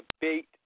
debate